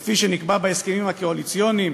כפי שנקבע בהסכמים הקואליציוניים,